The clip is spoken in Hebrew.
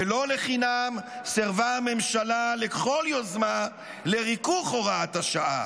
ולא לחינם סירבה הממשלה לכל יוזמה לריכוך הוראת השעה.